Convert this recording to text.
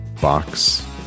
box